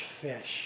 fish